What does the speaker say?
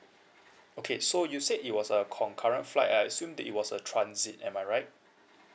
okay so you said it was a concurrent flight I assume that it was a transit am I right